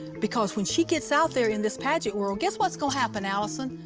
because when she gets out there in this pageant world, guess what's gonna happen, allisyn.